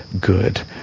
good